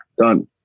Done